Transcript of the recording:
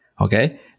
okay